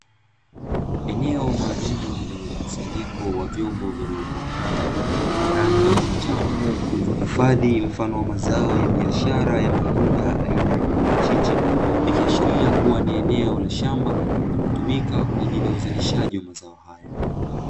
Eneo maalumu lenye mkusanyiko wa vyombo vyenye umbo mraba vyenye rangi ya manjano vilivyohifadhi mfano wa mazao ya biashara ya matunda aina ya maparachichi, ikiashiria kuwa ni eneo la shamba linalotumika kwa ajili ya uzalishaji wa mazao hao.